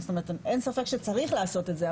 אין ספק שצריך לעשות את זה,